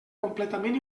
completament